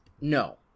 no